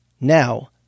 Now